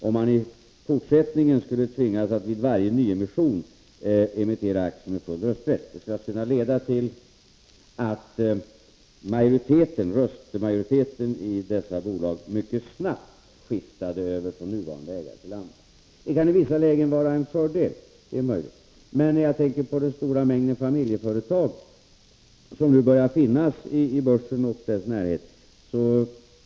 Om man i fortsättningen skulle tvingas att vid varje nyemission emittera aktier med fullt röstvärde, skulle det nämligen kunna leda till att röstmajoriteten i sådana bolag mycket snabbt skiftade från nuvarande ägare till andra. Det kan i vissa lägen möjligen vara en fördel, men jag tänker på den stora mängd av familjeföretag som nu börjar förekomma på börsen och i dess närhet.